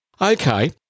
Okay